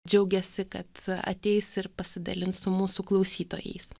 džiaugiasi kad ateis ir pasidalins su mūsų klausytojais